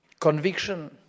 conviction